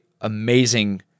amazing